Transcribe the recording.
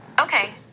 Okay